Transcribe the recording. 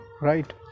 right